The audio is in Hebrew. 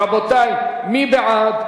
רבותי, מי בעד?